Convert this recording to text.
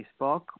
Facebook